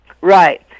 Right